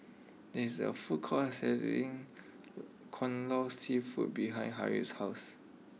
there is a food court selling Kai Lan Seafood behind Harlie's house